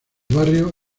barrio